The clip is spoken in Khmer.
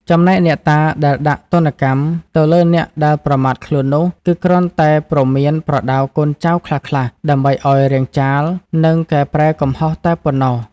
ចំណែកអ្នកតាដែលដាក់ទណ្ឌកម្មទៅលើអ្នកដែលប្រមាថខ្លួននោះ គឺគ្រាន់តែព្រមានប្រដៅកូនចៅខ្លះៗ ដើម្បីឱ្យរាងចាល និង កែប្រែកំហុសតែប៉ុណ្ណោះ។